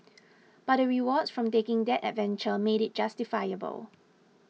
but the rewards from taking that adventure made it justifiable